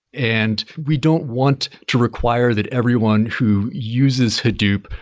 and we don't want to require that everyone who uses hadoop,